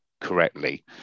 correctly